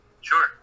Sure